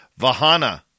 Vahana